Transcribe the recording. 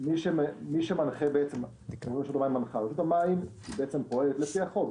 רשות המים פועלת לפי החוק.